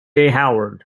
howard